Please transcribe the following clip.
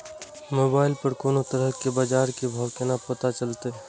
Mobile पर कोनो तरह के बाजार के भाव केना पता चलते?